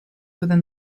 within